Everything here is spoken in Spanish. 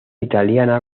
italiana